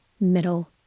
middle